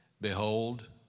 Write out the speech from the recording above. Behold